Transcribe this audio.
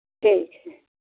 ठीक है